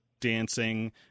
dancing